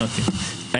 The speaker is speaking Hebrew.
בליאק,